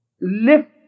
lift